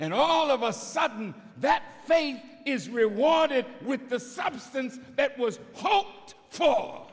and all of a sudden that faith is rewarded with the substance that was